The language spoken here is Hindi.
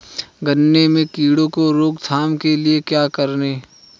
गन्ने में कीड़ों की रोक थाम के लिये क्या करें?